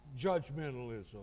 judgmentalism